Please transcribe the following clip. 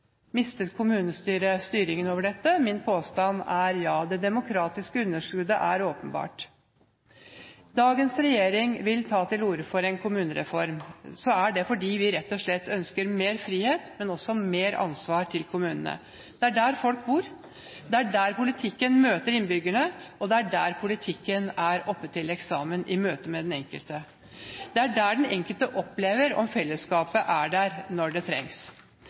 Mistet kommunestyret styringen over dette? Min påstand er ja. Det demokratiske underskuddet er åpenbart. Når dagens regjering vil ta til orde for en kommunereform, er det fordi vi rett og slett ikke bare ønsker mer frihet, men også mer ansvar til kommunene. Det er der folk bor, det er der politikken møter innbyggerne, og det er der politikken er oppe til eksamen i møte med den enkelte. Det er der den enkelte opplever om fellesskapet er der når det trengs.